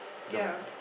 ya